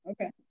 Okay